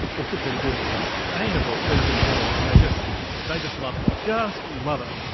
or put the word sustainable urban village and they just they just love it, just love it.